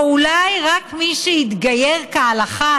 או אולי רק מי שהתגייר כהלכה,